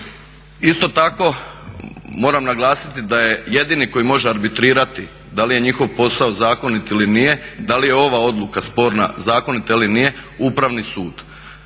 Isto tako moram naglasiti da je jedini koji može arbitrirati da li je njihov posao zakonit ili nije, da li je ova odluka sporna zakonita ili nije Upravni sud.